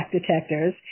detectors